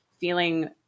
feeling